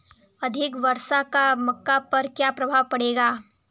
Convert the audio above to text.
अधिक वर्षा का मक्का पर क्या प्रभाव पड़ेगा?